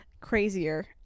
crazier